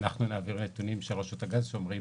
נשמח להעביר נתונים של רשות הגז, שאומרים